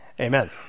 Amen